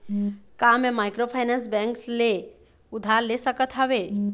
का मैं microfinance bank से उधार ले सकत हावे?